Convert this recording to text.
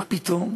מה פתאום?